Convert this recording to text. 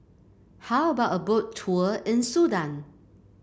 how about a Boat Tour in Sudan